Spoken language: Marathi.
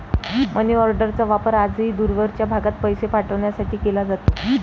मनीऑर्डरचा वापर आजही दूरवरच्या भागात पैसे पाठवण्यासाठी केला जातो